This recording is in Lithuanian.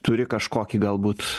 turi kažkokį galbūt